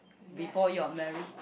before you're married